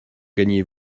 gagnez